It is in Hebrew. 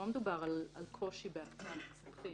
לא מדובר על קושי בהקצאת מסמכים.